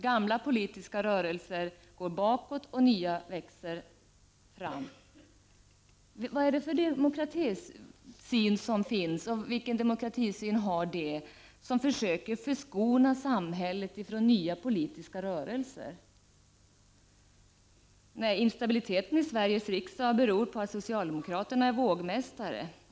Gamla politiska rörelser går bakåt och nya växer fram. Vilken demokratisyn har de som försöker ”förskona” samhället från nya politiska rörelser? Nej, instabiliteten i Sveriges riksdag beror på att socialdemokraterna är vågmästare.